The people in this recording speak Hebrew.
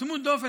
צמוד-דופן,